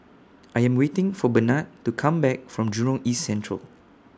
I Am waiting For Benard to Come Back from Jurong East Central